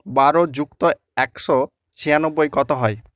বারো যুক্ত একশো ছিয়ানব্বই কত হয়